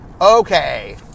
Okay